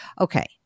Okay